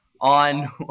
on